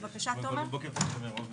בוקר טוב.